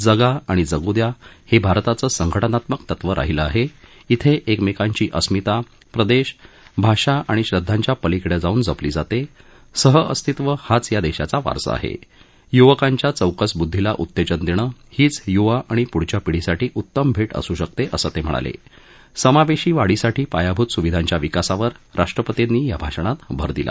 जगा आणि जगू द्या हव्विरताचं संघटनात्मक तत्व राहीलं आहा इथा एकमक्तीची अस्मिता प्रदर्ध भाषा आणि श्रद्धांच्या पलिकडज्ञाऊन जपली जात सहअस्तित्व हाच या दक्षीचा वारसा आहा ग्रुवकांच्या चौकस बुद्दीला उत्तद्विम दक्षहीच युवा आणि पुढच्या पिढीसाठी उत्तम भक्षअसू शकत असं तम्हेणाला समावधी वाढीसाठी पायाभूत सुविधांच्या विकासावर राष्ट्रपर्तीनी या भाषणात भर दिला